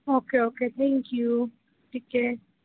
okay okay thank you ठीक है